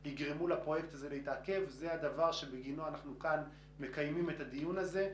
זה הדבר שבגינו אנחנו כאן מקיימים את הדיון הזה.